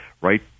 right